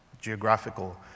geographical